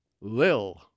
Lil